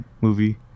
movie